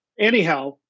anyhow